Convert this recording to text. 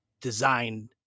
designed